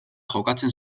jokatzen